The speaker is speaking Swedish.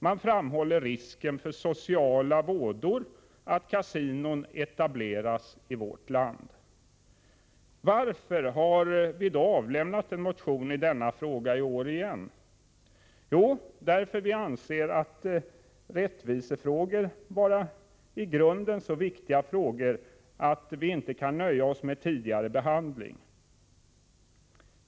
Man framhåller risken för sociala vådor av att kasinon etableras i vårt land. Varför har vi då avlämnat en motion i denna fråga i år igen? Jo, därför att vi anser rättvisefrågor vara i grunden så viktiga, att vi inte kan nöja oss med tidigare behandling.